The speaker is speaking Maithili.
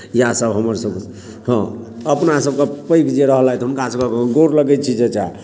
इएहसभ हमरसभ हँ अपना सभकेँ पैघ जे रहलथि हुनका सभकेँ गोर लगै छी चचा